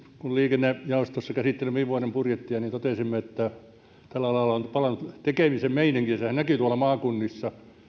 kun liikennejaostossa käsittelimme viime vuoden budjettia niin totesimme että tälle alalle on palannut tekemisen meininki sehän näkyy tuolla maakunnissa